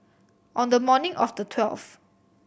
on the morning of the twelfth